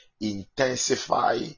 intensify